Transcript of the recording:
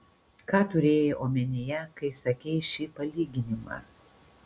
ką turėjai omenyje kai sakei šį palyginimą